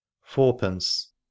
fourpence